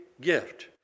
gift